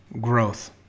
growth